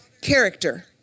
character